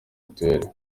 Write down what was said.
mitiweli